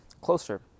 closer